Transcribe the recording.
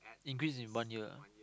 increase in one year ah